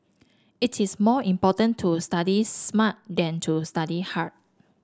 it is more important to study smart than to study hard